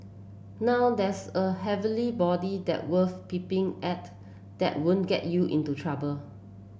now that's a heavenly body that worth peeping at that won't get you into trouble